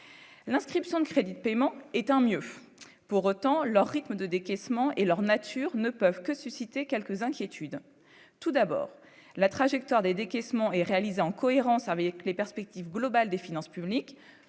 l'inscription de crédits de paiement et tant mieux pour autant leur rythme de décaissements et leur nature, ne peuvent que susciter quelques inquiétudes tout d'abord la trajectoire des décaissements et réalisé en cohérence avec les perspectives globales des finances publiques,